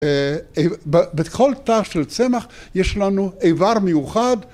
‫בכל תא של צמח ‫יש לנו איבר מיוחד.